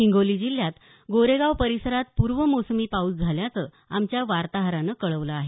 हिंगोली जिल्ह्यात गोरेगांव परिसरात पूर्वमोसमी पाऊस झाल्याचं आमच्या वार्ताहरानं कळवलं आहे